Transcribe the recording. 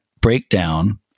breakdown